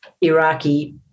Iraqi